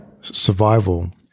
survival